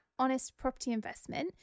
honestpropertyinvestment